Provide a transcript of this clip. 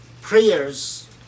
prayers